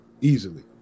easily